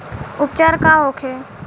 उपचार का होखे?